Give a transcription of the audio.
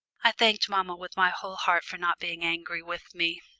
i thanked mamma with my whole heart for not being angry with me,